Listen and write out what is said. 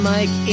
Mike